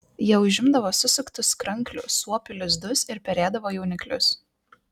jie užimdavo susuktus kranklių suopių lizdus ir perėdavo jauniklius